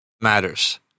matters